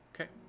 Okay